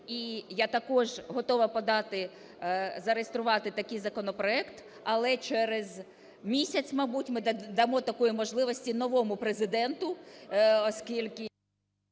І я також готова подати… зареєструвати такий законопроект, але через місяць, мабуть, ми дамо таку можливість новому Президенту, оскільки…